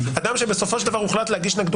אדם שבסופו של דבר הוחלט להגיש נגדו